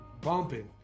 bumping